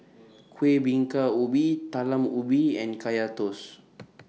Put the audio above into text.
Kueh Bingka Ubi Talam Ubi and Kaya Toast